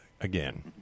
again